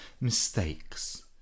mistakes